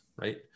right